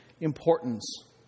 importance